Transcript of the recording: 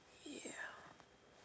ya